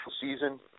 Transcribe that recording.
season